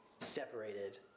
separated